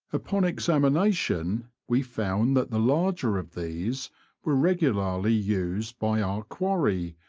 upon examination we found that the larger of these were regularly used by our quarry,